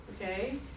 okay